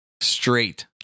Straight